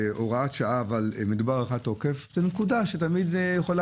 שזה הוראת שעה אבל מדובר בהארכת תוקף מה היה קורה